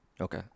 okay